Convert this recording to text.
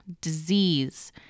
disease